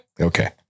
Okay